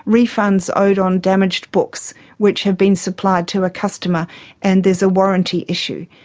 refunds owed on damaged books which have been supplied to a customer and there's a warranty issue.